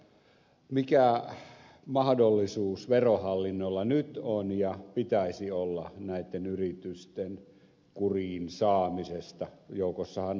mikä mahdollisuus verohallinnolla nyt on ja pitäisi olla näitten yritysten kuriin saamisessa